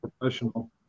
professional